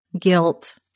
guilt